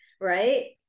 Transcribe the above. right